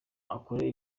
akore